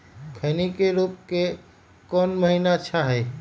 खैनी के रोप के कौन महीना अच्छा है?